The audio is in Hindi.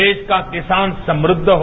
देश का किसान समृद्ध हो